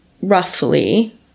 roughly